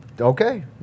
Okay